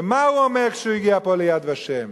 ומה הוא אומר כשהוא הגיע פה ל"יד ושם"?